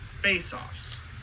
face-offs